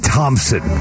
Thompson